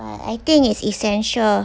but I think it's essential